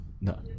No